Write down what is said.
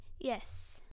Yes